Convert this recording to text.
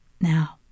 Now